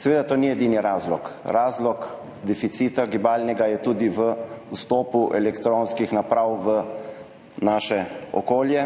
Seveda to ni edini razlog. Razlog gibalnega deficita je tudi v vstopu elektronskih naprav v naše okolje.